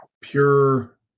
pure